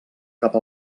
cap